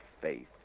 faith